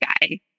guy